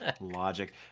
logic